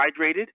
hydrated